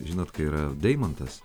žinot kai yra deimantas